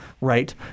Right